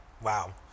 wow